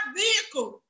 vehicle